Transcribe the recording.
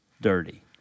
dirty